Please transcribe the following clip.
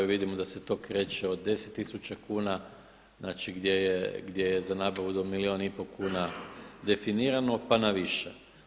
Vidimo da se to kreće od 10000 kuna, znači gdje je za nabavu do milijun i pol kuna definirano pa na više.